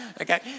Okay